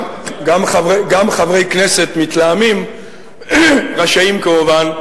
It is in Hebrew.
לא מוכרחים, גם חברי כנסת מתלהמים רשאים, כמובן,